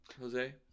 Jose